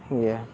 ᱡᱮ